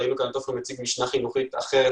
שמענו את עופר מציג משנה חינוכית אחרת,